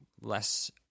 less